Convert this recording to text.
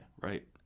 right